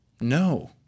No